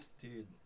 dude